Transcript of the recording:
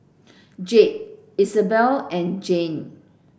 Jade Isabelle and Jann